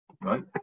Right